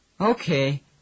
Okay